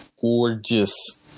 Gorgeous